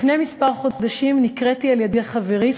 לפני כמה חודשים נקראתי על-ידי חברי,